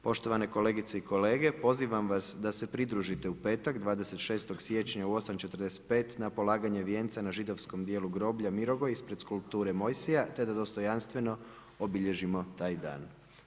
Poštovane kolegice i kolege, pozivam vas da se pridružite u petak, 26. siječnja u 8,45 na polaganje vijenca na židovskom dijelu groblja Mirogoj ispred skulpture Mojsija te da dostojanstveno obilježimo taj dan.